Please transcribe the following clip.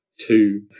two